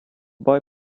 boy